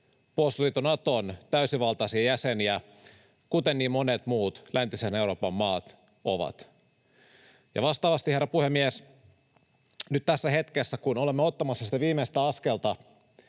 puolustusliitto Naton täysivaltaisia jäseniä, kuten niin monet muut läntisen Euroopan maat ovat. Ja vastaavasti, herra puhemies, kun nyt tässä hetkessä olemme ottamassa sitä viimeistä askelta,